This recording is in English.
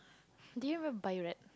did you even buy a rat